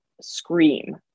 scream